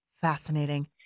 Fascinating